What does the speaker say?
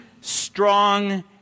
strong